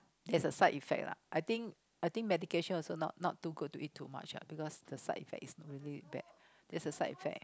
there's a side effect lah I think I think medication also not too good to eat too much lah because the side effect is really bad it's the side effect